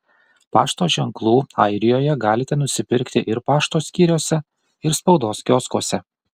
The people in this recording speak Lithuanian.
pašto ženklų airijoje galite nusipirkti ir pašto skyriuose ir spaudos kioskuose